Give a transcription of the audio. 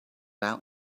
out